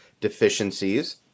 deficiencies